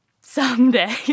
someday